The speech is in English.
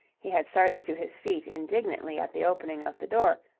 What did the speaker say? he had started to his feet indignantly at the opening of the door,